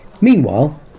Meanwhile